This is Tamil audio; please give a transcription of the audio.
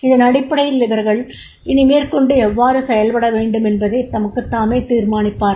இதன் அடிப்படையில் அவர்கள் இனிமேற்கொண்டு எவ்வாறு செயல்பட வேண்டுமென்பதைத் தமக்குத்தாமே தீர்மானிப்பார்கள்